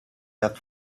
that